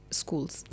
schools